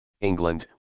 England